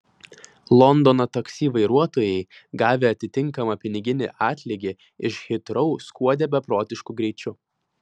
londono taksi vairuotojai gavę atitinkamą piniginį atlygį iš hitrou skuodė beprotišku greičiu